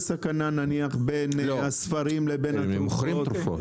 מה ההבדל במסוכנות בין ספרים לתרופות?